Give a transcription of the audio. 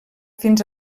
fins